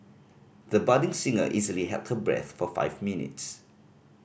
the budding singer easily held her breath for five minutes